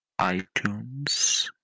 iTunes